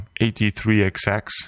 83xx